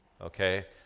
okay